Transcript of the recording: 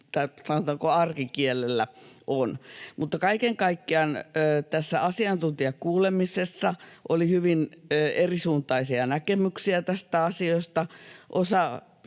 sanotaanko, arkikielellä on. Mutta kaiken kaikkiaan tässä asiantuntijakuulemisessa oli hyvin erisuuntaisia näkemyksiä tästä asiasta.